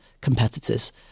competitors